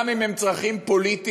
גם אם הם צרכים פוליטיים